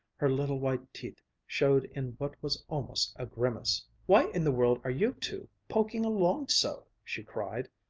her little white teeth showed in what was almost a grimace. why in the world are you two poking along so? she cried,